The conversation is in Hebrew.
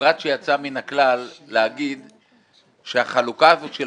פרט שיצא מן הכלל לומר שהחלוקה הזאת של